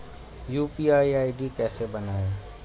UPI ID कैसे बनाएं?